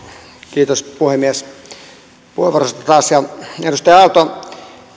kiitos puhemies puheenvuorosta taas edustaja aalto esitit kysymyksen